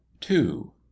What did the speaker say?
two